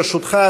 בראשותך,